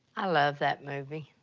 i love that movie.